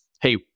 hey